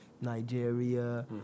Nigeria